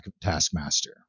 taskmaster